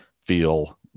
feel